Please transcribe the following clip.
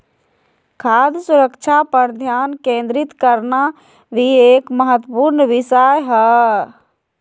खाद्य सुरक्षा पर ध्यान केंद्रित करना भी एक महत्वपूर्ण विषय हय